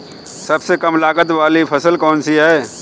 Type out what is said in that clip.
सबसे कम लागत वाली फसल कौन सी है?